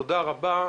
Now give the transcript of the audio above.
תודה רבה.